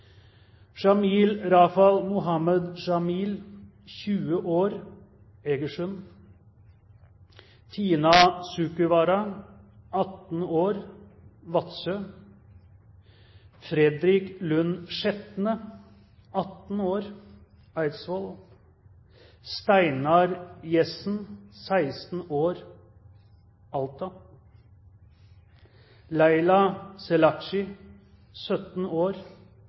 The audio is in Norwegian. Rafal Mohamad Jamil, 20 år, Eigersund Tina Sukuvara, 18 år, Vadsø Fredrik Lund Schjetne, 18 år, Eidsvoll Steinar Jessen, 16 år, Alta Lejla Selaci, 17 år,